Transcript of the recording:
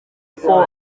uko